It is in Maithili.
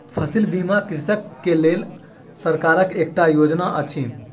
फसिल बीमा कृषक के लेल सरकारक एकटा योजना अछि